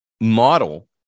model